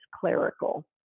clerical